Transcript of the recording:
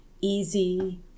easy